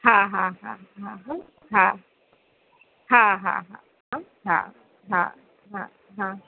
હા હા હા હા હં હા હા હા હં હા હા હા હા